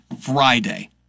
Friday